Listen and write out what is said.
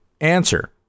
answer